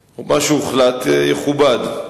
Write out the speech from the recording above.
, ומה שהוחלט יכובד.